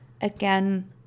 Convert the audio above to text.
again